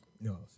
No